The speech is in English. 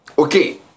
Okay